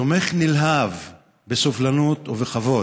תומך נלהב בסובלנות ובכבוד.